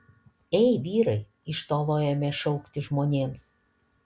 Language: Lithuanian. ei vyrai iš tolo ėmė šaukti žmonėms